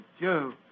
joe